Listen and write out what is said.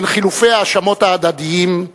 בין חילופי ההאשמות ההדדיים,